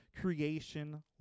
creation